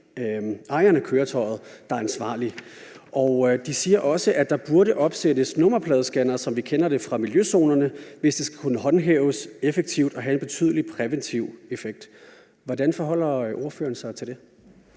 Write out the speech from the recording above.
ejeren af køretøjet, der er ansvarlig. De siger også, at der burde opsættes nummerpladescannere, som vi kender det fra miljøzonerne, hvis det skal kunne håndhæves effektivt og have en betydelig præventiv effekt. Hvordan forholder ordføreren sig til det?